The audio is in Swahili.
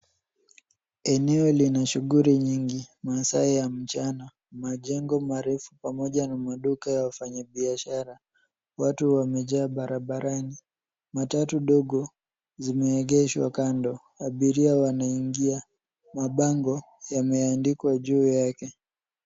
Eneo lenye shughuli nyingi, masaa ya mchana. Majengo marefu pamoja na maduka ya wafanyabiashara. Watu wamejaa barabarani. Matatu ndogo zimeegeshwa kando. Abiria wanaingia. Mabango yameandikwa juu yake.